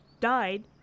died